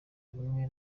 bimwe